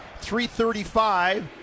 335